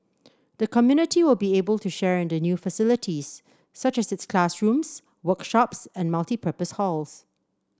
the community will be able to share in the new facilities such as its classrooms workshops and multipurpose hall